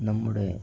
നമ്മുടെ